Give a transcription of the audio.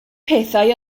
pethau